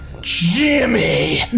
Jimmy